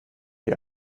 die